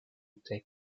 take